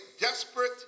desperate